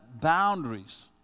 boundaries